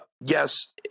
Yes